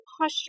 posture